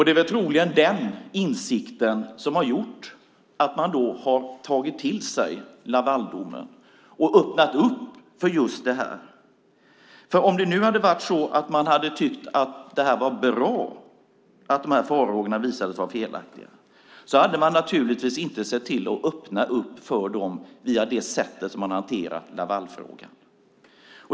Det är troligen den insikten som har gjort att man har tagit till sig Lavaldomen och öppnat för just detta. Om man hade tyckt att det var bra att dessa farhågor visade sig vara felaktiga hade man naturligtvis inte sett till att öppna för dem via det sätt som man har hanterat Lavalfrågan.